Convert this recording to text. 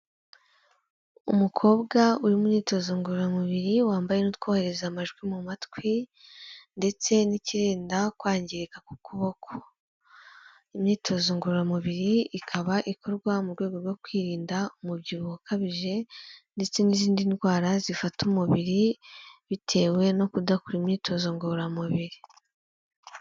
Umukobwa uri imyitozo ngororamubiri wambaye n'utwohereza amajwi mu matwi ndetse n'ikirinda kwangirika k'ukuboko. Imyitozo ngororamubiri ikaba ikorwa mu rwego rwo kwirinda umubyibuho ukabije ndetse n'izindi ndwara zifata umubiri bitewe no kudakora imyitozo ngororamubiri.